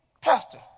Pastor